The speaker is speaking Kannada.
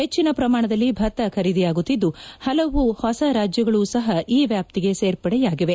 ಹೆಚ್ಚಿನ ಪ್ರಮಾಣದಲ್ಲಿ ಭತ್ತ ಖರೀದಿಯಾಗುತ್ತಿದ್ದು ಕೆಲವು ಹೊಸ ರಾಜ್ಯಗಳೂ ಸಹ ಈ ವ್ಯಾಪ್ತಿಗೆ ಸೇರ್ಪಡೆಯಾಗಿವೆ